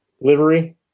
livery